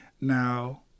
Now